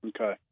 Okay